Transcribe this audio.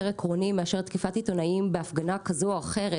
עקרוני מאשר תקיפת עיתונאים בהפגנה כזו או אחרת,